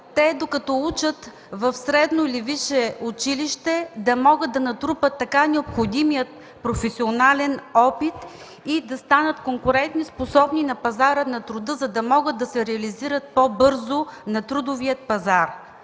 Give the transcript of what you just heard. цел докато учат в средно или висше училище, да могат да натрупат необходимия професионален опит и да станат конкурентоспособни на пазара на труда, за да се реализират по-бързо на трудовия пазар.